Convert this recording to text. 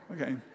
okay